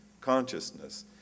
consciousness